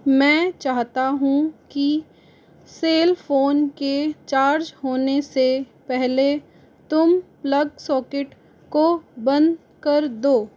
मैं चाहता हूँ कि सेल फ़ोन के चार्ज होने से पहले तुम प्लग सॉकेट को बंद कर दो